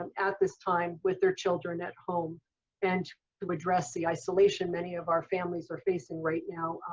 and at this time with their children at home and to address the isolation many of our families are facing right now,